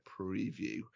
preview